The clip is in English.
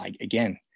Again